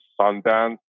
Sundance